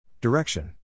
Direction